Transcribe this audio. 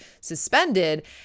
suspended